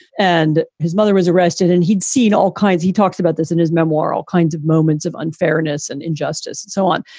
and his mother was arrested and he'd seen all kinds. he talks about this in his memoir, all kinds of moments of unfairness and injustice and so on.